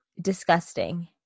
disgusting